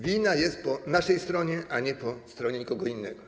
Wina jest po naszej stronie, a nie po stronie kogoś innego.